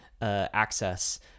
access